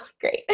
Great